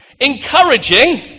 encouraging